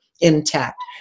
intact